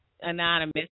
Anonymous